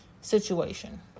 situation